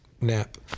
nap